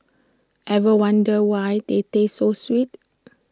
ever wondered why they taste so sweet